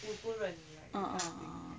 uh uh